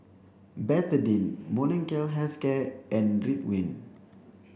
Betadine Molnylcke health care and Ridwind